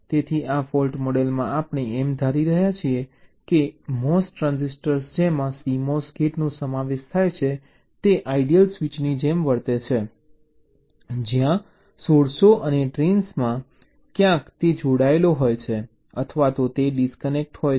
તેથી આ ફોલ્ટ મોડેલમાં આપણે એમ ધારી રહ્યા છીએ કે MOS ટ્રાન્ઝિસ્ટર જેમાં CMOS ગેટનો સમાવેશ થાય છે તે આઇડીઅલ સ્વીચોની જેમ વર્તે છે જ્યાં સોર્સો અને ડ્રેઇન્સ ક્યાં તો જોડાયેલા હોય છે અથવા તો તે ડિસ્કનેક્ટ થાય છે